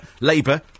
Labour